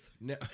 No